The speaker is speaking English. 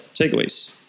takeaways